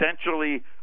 essentially